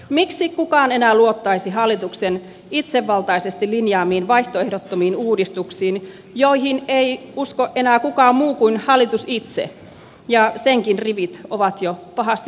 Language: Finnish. miksi kukaan enää luottaisi hallituksen itsevaltaisesti linjaamiin vaihtoehdotömiin uudistuksiin joihin ei usko enää kukaan muu kuin hallitus itse ja etenkin rivit ovat jo pahasti